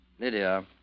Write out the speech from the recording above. Lydia